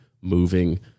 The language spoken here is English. moving